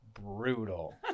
brutal